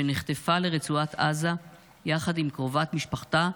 שנחטפה לרצועת עזה יחד עם קרובת משפחתה,